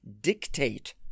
dictate